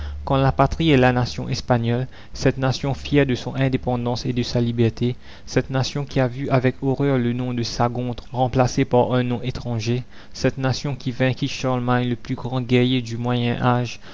quand la patrie est la nation espagnole cette nation fière de son indépendance et de sa liberté cette nation qui a vu avec horreur le nom de sagonte remplacé par un nom étranger cette nation qui vainquit charlemagne le plus grand guerrier du moyen-âge